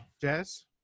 Jazz